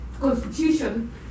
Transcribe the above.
constitution